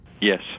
Yes